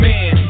Man